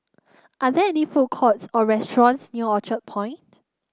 are there any food courts or restaurants near Orchard Point